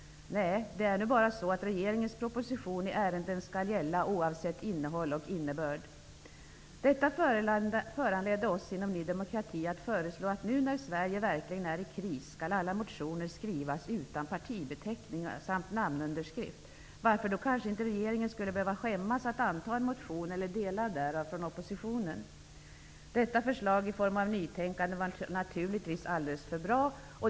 Nej, det är nu bara så att regeringens proposition i ärenden skall gälla, oavsett innehåll och innebörd. Detta förhållande föranledde oss inom Ny demokrati att föreslå att alla motioner skall skrivas utan partibeteckningar och namnunderskrift, nu när Sverige verkligen är i kris. Då kanske inte regeringen skulle behöva skämmas för att anta en motion eller delar av en motion som kommer från oppositionen. Detta förslag om nytänkande var naturligtvis alldeles för bra.